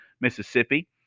mississippi